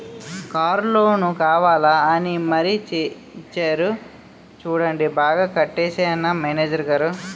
Car loan కావాలా అని మరీ ఇచ్చేరు చూడండి బాగా కట్టేశానా మేనేజరు గారూ?